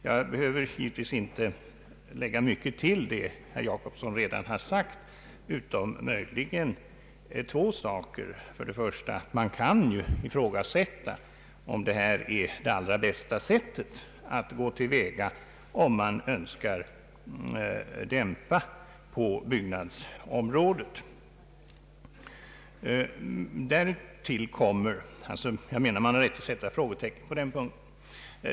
Jag behöver givetvis inte tillägga mycket utöver vad herr Jacobsson redan har sagt, utom möjligen två saker. Man kan ifrågasätta om detta är det allra bästa sättet att gå till väga om man önskar få till stånd en dämpning på byggnadsområdet. Man har rätt att sätta ett frågetecken på den punkten.